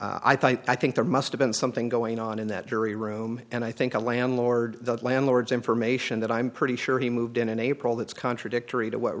i think there must have been something going on in that jury room and i think the landlord the landlords information that i'm pretty sure he moved in in april that's contradictory to what